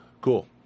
Cool